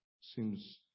seems